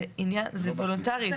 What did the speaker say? זה וולונטרי.